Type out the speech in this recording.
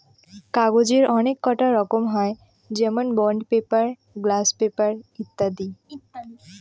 কাগজের অনেককটা রকম হয় যেমন বন্ড পেপার, গ্লাস পেপার ইত্যাদি